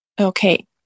Okay